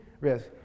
risk